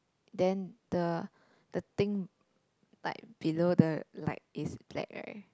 then the the thing like below the light is black right